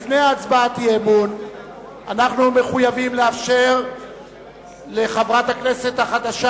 לפני הצבעת אי-אמון אנחנו מחויבים לאפשר לחברת הכנסת החדשה,